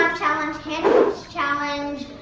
challenge, handcuffed challenge.